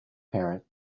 parent